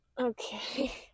Okay